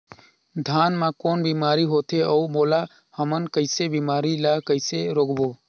धान मा कौन बीमारी होथे अउ ओला हमन कइसे बीमारी ला कइसे रोकबो?